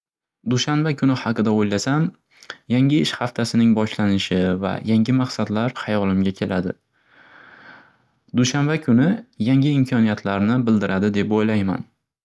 Dushanba kuni haqida o'ylasam, yangi ish haftasining boshlanishi va yangi maqsadlar hayolimga keladi. Dushanba kuni yangi imkoniyatlarni bildiradi deb o'ylayman.